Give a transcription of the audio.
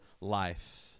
life